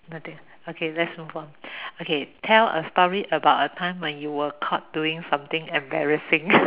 okay let's move on okay tell a story about a time when you were caught doing something embarrassing